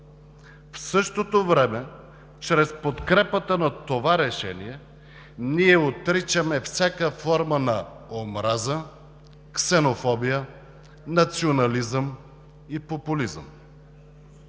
В същото време чрез подкрепата на това решение ние отричаме всяка форма на омраза, ксенофобия, национализъм и популизъм.